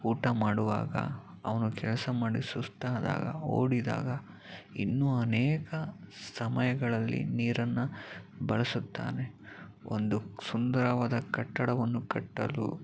ಊಟ ಮಾಡುವಾಗ ಅವನು ಕೆಲಸ ಮಾಡಿ ಸುಸ್ತಾದಾಗ ಓಡಿದಾಗ ಇನ್ನೂ ಅನೇಕ ಸಮಯಗಳಲ್ಲಿ ನೀರನ್ನು ಬಳಸುತ್ತಾನೆ ಒಂದು ಸುಂದರವಾದ ಕಟ್ಟಡವನ್ನು ಕಟ್ಟಲು